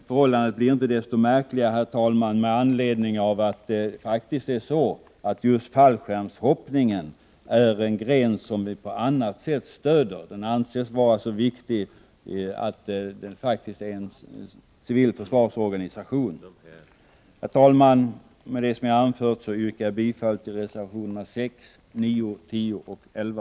Förhållandet blir inte mindre märkligt, herr talman, av att det faktiskt förhåller sig så, att just fallskärmshoppningen är en gren som vi på annat sätt stöder. Den anses vara så viktig att den erhåller stöd som frivillig försvarsorganisation. Herr talman! Med det anförda ber jag att få yrka bifall till reservationerna 6, 9, 10 och 11.